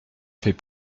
fait